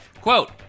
quote